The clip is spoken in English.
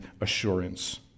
assurance